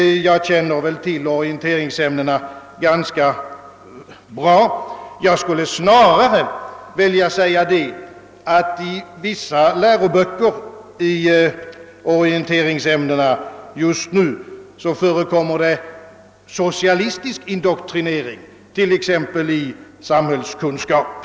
Jag känner till orienteringsämnena ganska bra, och jag vill snarare säga att det i vissa läroböcker i orienteringsämnena i dag förekommer socialistisk indoktrinering, t.ex. i ämnet samhällskunskap.